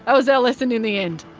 ah was our lesson in the end.